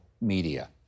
media